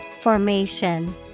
Formation